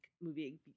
movie